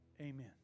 amen